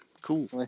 Cool